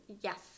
Yes